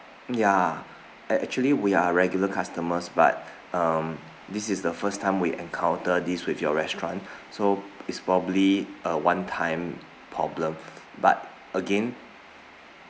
ya a~ actually we are regular customers but um this is the first time we encounter this with your restaurant so it's probably a one time problem but again